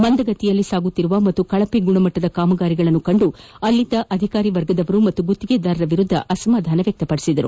ಮಂದಗತಿಯಲ್ಲಿ ಸಾಗುತ್ತಿರುವ ಹಾಗೂ ಕಳಪೆ ಗುಣಮಟ್ಟದ ಕಾಮಗಾರಿಗಳನ್ನು ಕಂಡು ಅಲ್ಲಿದ್ದ ಅಧಿಕಾರಿ ವರ್ಗದವರು ಹಾಗೂ ಗುತ್ತಿಗೆದಾರರ ವಿರುದ್ದ ಅಸಮಾಧಾನ ವ್ಯಕ್ತಪಡಿಸಿದರು